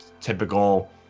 typical